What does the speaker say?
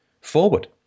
forward